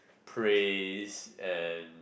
praise and